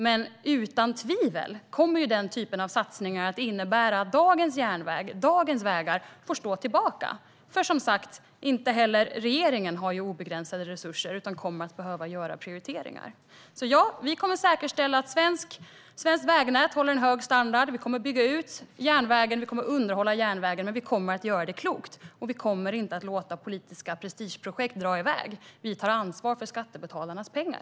Men utan tvivel kommer den typen av satsningar att innebära att dagens järnväg och dagens vägar får stå tillbaka. För som sagt: Inte heller regeringen har obegränsade resurser utan kommer att behöva göra prioriteringar. Vi kommer att säkerställa att svenskt vägnät håller hög standard. Vi kommer att bygga ut järnvägen, och vi kommer att underhålla järnvägen, men vi kommer att göra det klokt. Och vi kommer inte att låta politiska prestigeprojekt dra iväg. Vi tar ansvar för skattebetalarnas pengar.